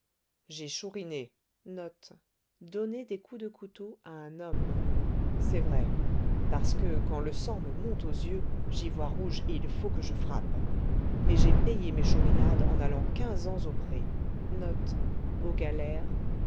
chouriné c'est vrai parce que quand le sang me monte aux yeux j'y vois rouge et il faut que je frappe mais j'ai payé mes chourinades en allant quinze ans au